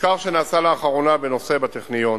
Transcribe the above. מחקר שנעשה לאחרונה בנושא בטכניון